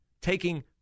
taking